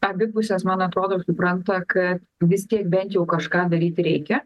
abi pusės man atrodo supranta kad vis tiek bent jau kažką daryti reikia